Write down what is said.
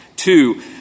Two